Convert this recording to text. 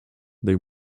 they